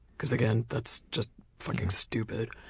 because again, that's just fucking stupid.